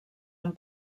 amb